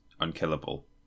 unkillable